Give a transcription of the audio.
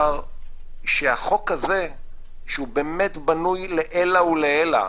שהחוק הזה שהוא באמת בנוי לעילא ולעילא,